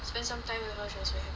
spend some time with her also